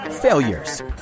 Failures